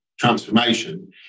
transformation